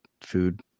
food